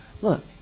look